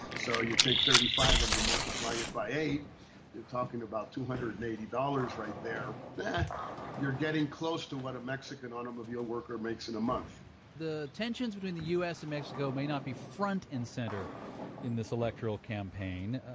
so you take thirty five and you multiply it by eight you're talking about two hundred and eighty dollars right there that you're getting close to what a mexican automobile worker makes in a month the tensions between the u s. and mexico may not be front and center in this electoral campaign.